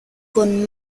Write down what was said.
con